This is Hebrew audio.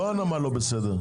לא הנמל לא בסדר.